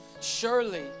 Surely